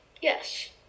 Yes